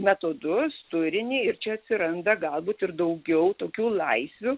metodus turinį ir čia atsiranda galbūt ir daugiau tokių laisvių